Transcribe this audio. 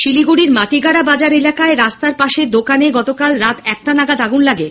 শিলিগুড়ির মাটিগাড়া বাজার এলাকায় রাস্তার পাশে দোকানে গতকাল রাত একটা নাগাদ আগুন লাগে